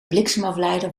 bliksemafleider